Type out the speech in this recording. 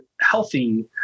healthy